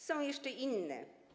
Są jeszcze inne,